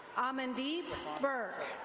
amandeet burk.